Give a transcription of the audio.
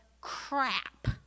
crap